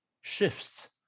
shifts